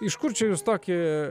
iš kur čia jūs tokį